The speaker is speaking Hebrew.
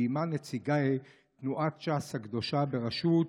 ועימה נציגי תנועת ש"ס הקדושה בראשות